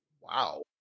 wow